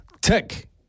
tick